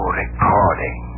recording